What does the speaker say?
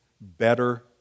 better